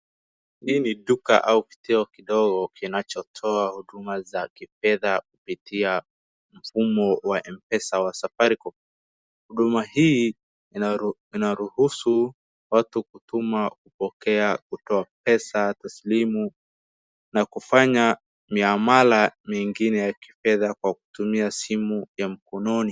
Hii ni duka au kituo kdogo kinachotoa huduma za kifedha kupitia mfumo wa M-pesa wa Safaricom, huduma hii inaruhusu watu kutuma, kupokea, kutoa pesa taslimu na kufanya mihamala mingine ya kifedha kwa kutumia simu ya mkononi.